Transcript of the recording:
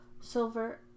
Silver